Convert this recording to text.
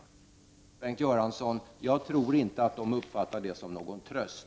Bengt Göransson! Jag tror inte att de uppfattar det som någon tröst.